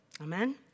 Amen